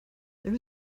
there